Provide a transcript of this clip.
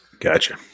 Gotcha